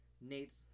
Nate's